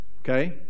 Okay